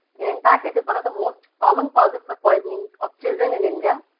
in fact, it is one of the most common causes for poisoning of children in india.